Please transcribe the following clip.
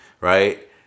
Right